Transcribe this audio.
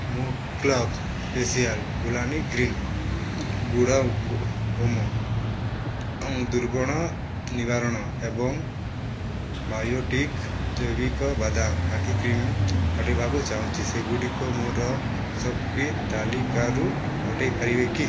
ମୁଁ କ୍ଳକ୍ ସ୍ପେଶିଆଲ୍ ଗୁଲାନି ଗ୍ରୀନ୍ ଗୁଡ଼ ହୋମ ଦୂର୍ଗୁଣ ନିବାରଣ ଏବଂ ବାୟୋଟିକ୍ ଜୈବିକ ବାଦାମ ଆଖି କ୍ରିମ୍ ହଟାଇବାକୁ ଚାହୁଁଛି ସେଗୁଡ଼ିକୁ ମୋର ସପ୍କି ତାଲିକାରୁ ହଟାଇ ପାରିବେ କି